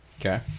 Okay